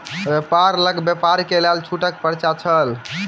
व्यापारी लग व्यापार के लेल छूटक पर्चा छल